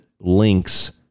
links